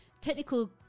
technical